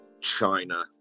China